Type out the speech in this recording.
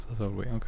Okay